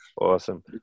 Awesome